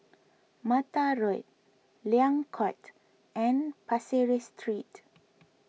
Mata Road Liang Court and Pasir Ris Street